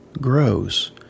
grows